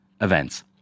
events